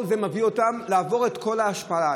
כל זה מביא אותם לעבור את כל ההשפלה,